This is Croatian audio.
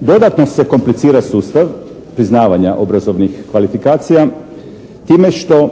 dodatno se komplicira sustav priznavanja obrazovnih kvalifikacija time što